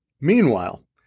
Meanwhile